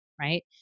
right